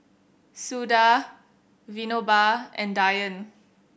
Suda Vinoba and Dhyan